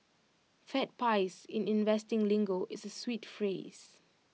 fat pies in investing lingo is A sweet phrase